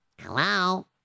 Hello